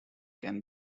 can